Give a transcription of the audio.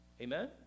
Amen